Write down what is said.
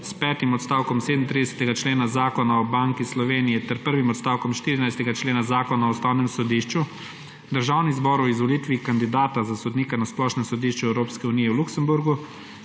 s petim odstavkom 37. člena Zakona o banki Slovenije ter prvim odstavkom 14. člena Zakona o Ustavnem sodišču Državni zbor o izvolitvi kandidata za sodnika na splošnem sodišču Evropske unije v Luksemburgu,